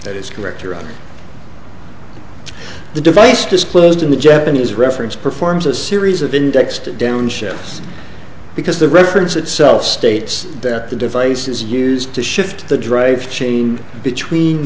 that is correct or on the device disclosed in the japanese reference performs a series of indexed downshifts because the reference itself states that the device is used to shift the drive chain between